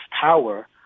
power